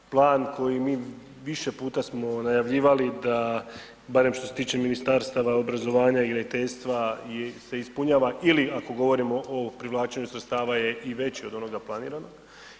Plan koji mi više puta smo najavljivali da barem što se tiče ministarstava, obrazovanja i graditeljstva se ispunjava ili, ako govorimo o povlačenju sredstava je i veći od onoga planiranog.